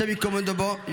השם ייקום דמו.